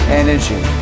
energy